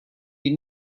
die